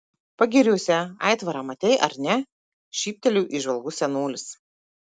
pagiriuose aitvarą matei ar ne šyptelėjo įžvalgus senolis